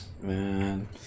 man